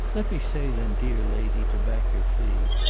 let me say then, dear lady, to back your plea,